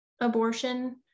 abortion